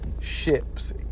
ship's